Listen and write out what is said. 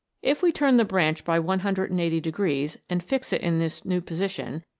if we turn the branch by one hundred and eighty degrees and fix it in this new position,